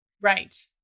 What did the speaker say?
Right